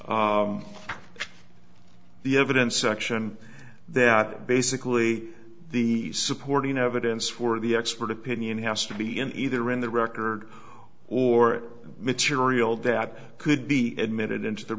for the evidence section that basically the supporting evidence for the expert opinion has to be in either in the record or material that could be admitted into the